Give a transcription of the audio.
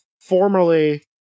formerly